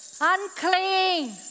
unclean